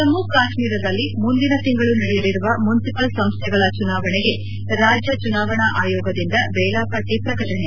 ಜಮ್ಮ ಕಾಶ್ಮೀರದಲ್ಲಿ ಮುಂದಿನ ತಿಂಗಳು ನಡೆಯಲಿರುವ ಮುನಿಸಿಪಲ್ ಸಂಸ್ವೆಗಳ ಚುನಾವಣೆಗೆ ರಾಜ್ಯ ಚುನಾವಣಾ ಆಯೋಗದಿಂದ ವೇಳಾಪಟ್ಟ ಪ್ರಕಟಣೆ